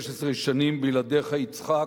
16 שנים בלעדיך, יצחק,